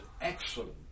excellent